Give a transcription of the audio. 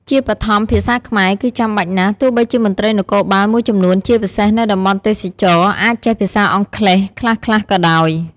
ជាបឋម ភាសាខ្មែរគឺចាំបាច់ណាស់ ទោះបីជាមន្ត្រីនគរបាលមួយចំនួនជាពិសេសនៅតំបន់ទេសចរណ៍អាចចេះភាសាអង់គ្លេសខ្លះៗក៏ដោយ។